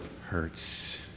hurts